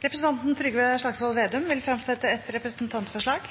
Representanten Trygve Slagsvold Vedum vil fremsette et representantforslag.